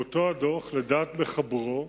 באותו הדוח, לדעת מחברו,